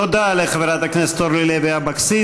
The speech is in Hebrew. תודה לחברת הכנסת אורלי לוי אבקסיס.